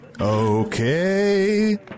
Okay